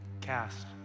cast